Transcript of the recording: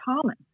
common